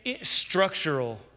structural